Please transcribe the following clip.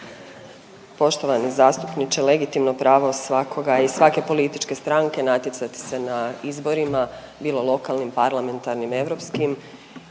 Poštovani zastupniče, legitimno pravo svakoga i svake političke stranke je natjecati se na izborima bilo lokalnim, parlamentarnim, europskim,